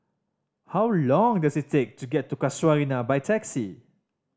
how long does it take to get to Casuarina by taxi